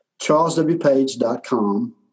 charleswpage.com